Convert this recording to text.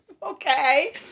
okay